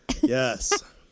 Yes